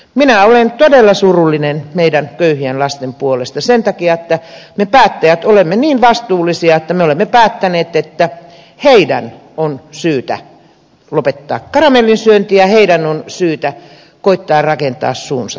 minä olen todella surullinen meidän köyhien lasten puolesta sen takia että me päättäjät olemme niin vastuullisia että me olemme päättäneet että heidän on syytä lopettaa karamellin syönti ja heidän on syytä koettaa rakentaa suunsa tuohesta